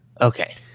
Okay